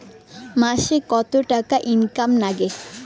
মাসে কত টাকা ইনকাম নাগে?